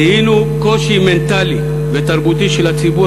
זיהינו קושי מנטלי ותרבותי של הציבור